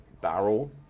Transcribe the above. barrel